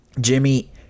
Jimmy